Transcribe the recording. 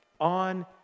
on